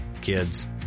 kids